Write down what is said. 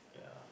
yeah